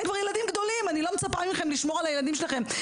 הם כבר ילדים גדולים ואני לא מצפה מכם לשמור על הילדים שלכם.